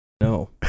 No